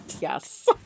yes